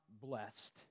blessed